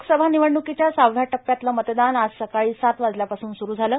लोकसभा निवडणुकीच्या सहाव्या टप्प्यातलं मतदान आज सकाळी सात वाजल्यापासून सुरू झालं